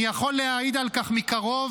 אני יכול להעיד על כך מקרוב,